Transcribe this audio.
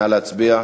נא להצביע.